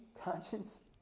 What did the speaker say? conscience